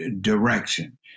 direction